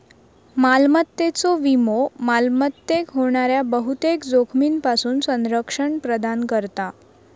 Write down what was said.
मालमत्तेचो विमो मालमत्तेक होणाऱ्या बहुतेक जोखमींपासून संरक्षण प्रदान करता